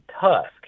tusk